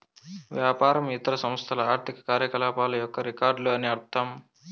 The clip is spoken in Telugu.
వ్యాపారం ఇతర సంస్థల ఆర్థిక కార్యకలాపాల యొక్క రికార్డులు అని అర్థం